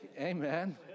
Amen